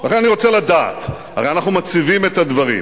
לכן אני רוצה לדעת, הרי אנחנו מציבים את הדברים.